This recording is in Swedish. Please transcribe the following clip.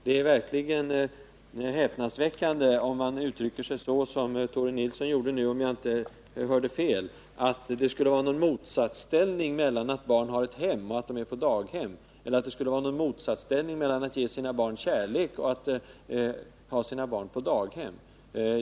Det är verkligen häpnadsväckande om man uttrycker sig så som Tore Nilsson gjorde nu, om jag inte hörde fel, att det skulle råda någon motsatsställning mellan att barn har ett hem och att de är på daghem, eller att det skulle vara någon motsättning mellan att ge barnen kärlek och att ha dem på daghem.